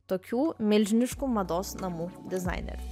tokių milžiniškų mados namų dizaineriu